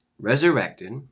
resurrected